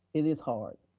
it is hard.